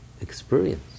experience